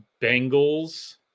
Bengals